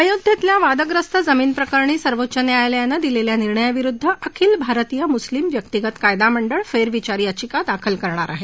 अयोध्येतल्या वादग्रस्त जमीनीप्रकरणी सर्वोच्च न्यायालयानं दिलेल्या निर्णयाविरुद्ध अखिल भारतीय मुस्लीम व्यक्तीगत कायदा मंडळ फेरविचार याचिका दाखल करणार आहे